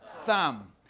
thumb